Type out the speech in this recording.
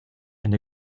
and